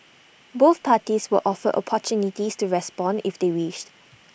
both parties were offered opportunities to respond if they wished